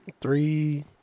three